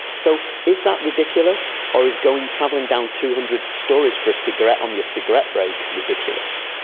so is that ridiculous, or is going travelling down two hundred storeys for a cigarette on your cigarette break ridiculous?